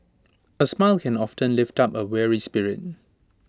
A smile can often lift up A weary spirit